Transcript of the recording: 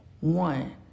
one